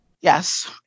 Yes